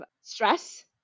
stress